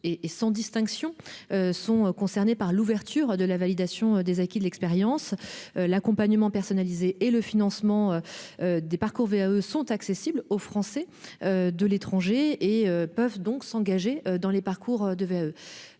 sans distinction, sont concernés par l'ouverture de la validation des acquis de l'expérience. L'accompagnement personnalisé et le financement des parcours de VAE sont accessibles aux Français de l'étranger, qui peuvent donc s'y engager. Le risque,